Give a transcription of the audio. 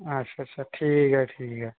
अच्छा अच्छा ठीक ऐ ठीक ऐ